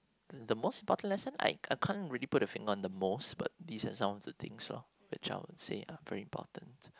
the most important lesson I I can't really put a finger on the most but these are some of the things loh which i would say are very important